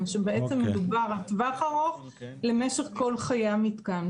שבעצם מדובר על טווח ארוך למשך כל חיי המתקן.